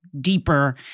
deeper